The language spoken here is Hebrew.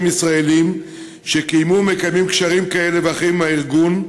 ישראלים שקיימו או מקיימים קשרים כאלה ואחרים עם הארגון,